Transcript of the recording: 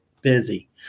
busy